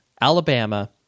Alabama